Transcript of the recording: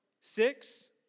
Six